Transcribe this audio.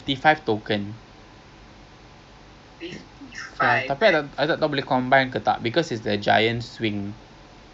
ya so we ten ten so we get to take err two different attractions lah which I think a bit quite nice eh some more plus cable car then after that